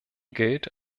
gilt